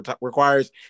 requires